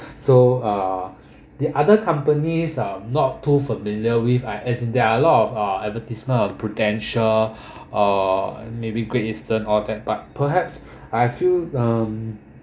so uh the other companies are not too familiar with I as there are a lot of uh advertisement of prudential uh maybe great eastern or that but perhaps I feel um